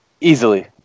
Easily